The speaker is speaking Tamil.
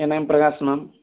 N name Prakash ma'am